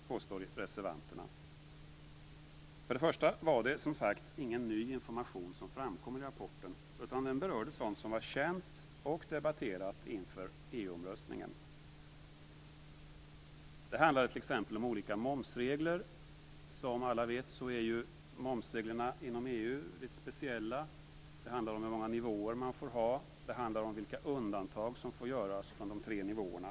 Först och främst framkom ingen ny information i rapporten. Den berörde sådant som var känt och debatterat inför EU-omröstningen. Det handlade t.ex. om olika momsregler. Som alla vet är momsreglerna inom EU litet speciella. Det handlade om hur många nivåer man får ha. Det handlade om vilka undantag som får göras från de tre nivåerna.